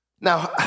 now